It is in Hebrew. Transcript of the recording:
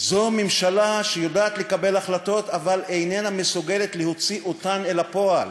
זו ממשלה שיודעת לקבל החלטות אבל אינה מסוגלת להוציא אותן אל הפועל.